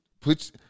Put